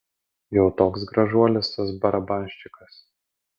jau toks gražuolis tas barabanščikas